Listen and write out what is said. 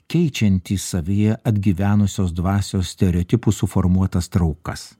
keičiantys savyje atgyvenusios dvasios stereotipų suformuotas traukas